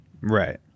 Right